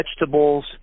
vegetables